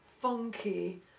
funky